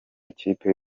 ikipe